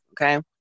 okay